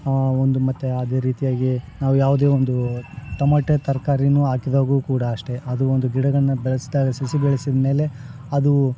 ಆ ಒಂದು ಮತ್ತು ಅದೆ ರೀತಿಯಾಗಿ ನಾವು ಯಾವುದೇ ಒಂದು ಟಮೋಟ ತರ್ಕಾರಿನು ಹಾಕಿದಾಗು ಕೂಡ ಅಷ್ಟೇ ಅದು ಒಂದು ಗಿಡಗಳನ್ನ ಬೆಳೆಸಿದಾಗ ಸಸಿ ಬೆಳೆಸಿದ ಮೇಲೆ ಅದು